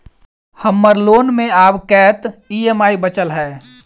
हम्मर लोन मे आब कैत ई.एम.आई बचल ह?